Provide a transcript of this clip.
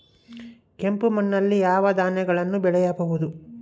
ಕೆಂಪು ಮಣ್ಣಲ್ಲಿ ಯಾವ ಧಾನ್ಯಗಳನ್ನು ಬೆಳೆಯಬಹುದು?